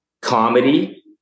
comedy